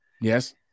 Yes